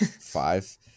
Five